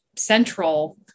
central